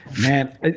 man